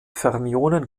fermionen